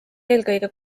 eelkõige